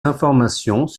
informations